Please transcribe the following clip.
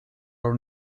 our